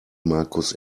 markus